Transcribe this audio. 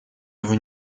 его